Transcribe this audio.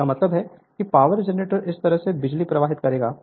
इसका मतलब है कि पावर जनरेटर इस तरह से बिजली प्रवाहित करेगा